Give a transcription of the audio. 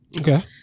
okay